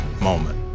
moment